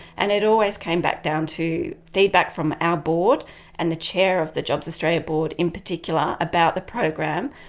and it always came back down to feedback from our board and the chair of the jobs australia board in particular about the program,